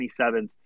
27th